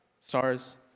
stars